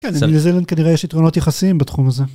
כן, כנראה יש יתרונות יחסיים בתחום הזה.